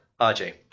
RJ